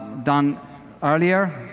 done earlier.